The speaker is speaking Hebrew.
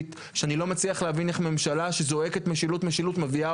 אני חושב שיוראי היה פה במהלך מרבית שעות הדיונים והוביל את